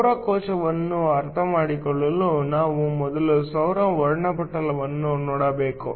ಸೌರ ಕೋಶವನ್ನು ಅರ್ಥಮಾಡಿಕೊಳ್ಳಲು ನಾವು ಮೊದಲು ಸೌರ ವರ್ಣಪಟಲವನ್ನು ನೋಡಬೇಕು